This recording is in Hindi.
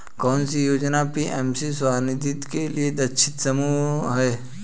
कौन सी योजना पी.एम स्वानिधि के लिए लक्षित समूह है?